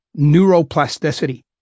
neuroplasticity